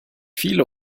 viele